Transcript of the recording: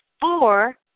four